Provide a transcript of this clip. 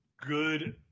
good –